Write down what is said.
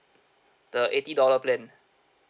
the eighty dollar plan